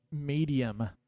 Medium